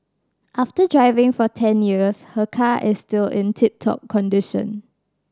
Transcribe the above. after driving for ten years her car is still in tip top condition